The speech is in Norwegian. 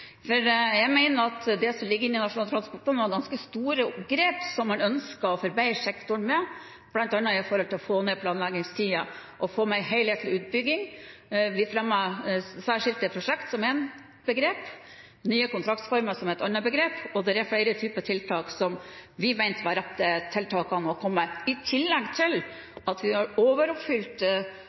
For jeg mener at det som ligger inne i Nasjonal transportplan, er ganske store grep, som man ønsket å forbedre sektoren med, bl.a. å få ned planleggingstiden og å få en mer helhetlig utbygging. Vi fremmet særskilt det prosjektet som ett grep, nye kontraktsformer som et annet grep, og det er flere typer tiltak som vi mente var de rette tiltakene å komme med – i tillegg til at vi